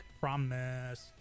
Promise